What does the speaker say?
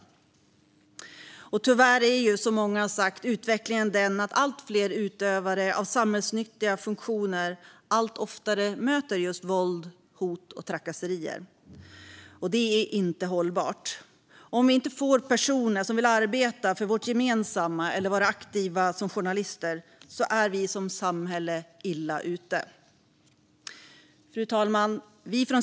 Som många redan sagt är utvecklingen tyvärr sådan att allt fler utövare av samhällsnyttiga funktioner allt oftare möter just våld, hot och trakasserier. Det är inte hållbart, för utan personer som vill arbeta för vårt gemensamma eller vara aktiva som journalister är samhället illa ute. Fru talman!